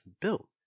built